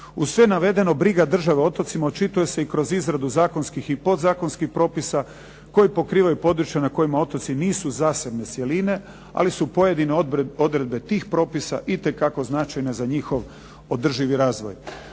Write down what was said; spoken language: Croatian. Uz sve navedeno briga države o otocima očituje se i kroz izradu zakonskih i podzakonskih propisa koja pokrivaju područje na kojima otoci nisu zasebne cjeline, ali su pojedine odredbe tih propisa itekako značajne za njihov održivi razvoj.